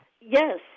Yes